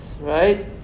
right